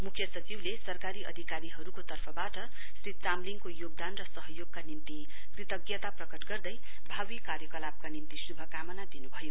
मुख्य सचिवले सरकारी अधिकारीहरुको तर्फवाट श्री चामलिङको योगदान र सहयोगका निम्ति कृतज्ञता प्रकट गर्दै भावी कार्यकलापका निम्ति शुभकामना दिनुभयो